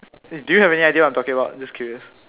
do you have any idea what I'm talking about just curious